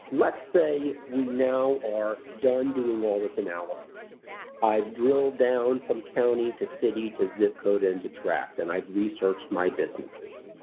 let's say we now are done doing all this analysis i've drilled down from county, to city, to zip code, and to tracts, and i've researched my businesses,